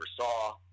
saw